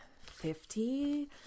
fifty